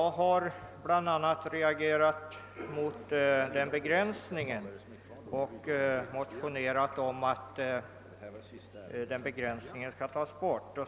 Jag har reagerat mot den begränsningen och motionerat om att den skall tas bort.